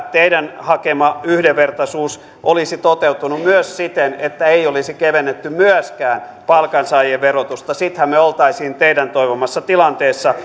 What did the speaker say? teidän hakemanne yhdenvertaisuus olisi toteutunut myös siten että ei olisi kevennetty myöskään palkansaajien verotusta sittenhän me olisimme teidän toivomassanne tilanteessa